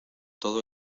todo